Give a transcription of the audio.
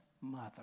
mother